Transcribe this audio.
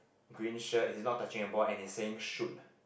green shirt he's not touching a ball and he's saying shoot